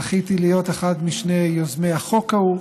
זכיתי להיות אחד משני יוזמי החוק ההוא,